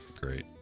great